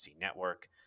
Network